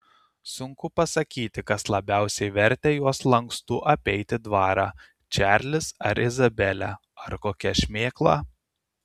sunku pasakyti kas labiausiai vertė juos lankstu apeiti dvarą čarlis ar izabelė ar kokia šmėkla